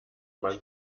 man